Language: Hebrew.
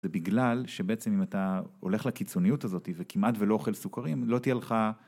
זה בגלל, שבעצם אם אתה... הולך לקיצוניות הזאתי, וכמעט ולא אוכל סוכרים, לא תהיה לך...